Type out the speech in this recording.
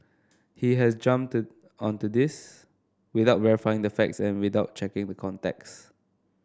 he has jumped did onto this without verifying the facts and without checking the contexts